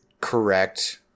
correct